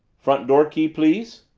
front door key, please?